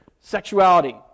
sexuality